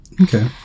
okay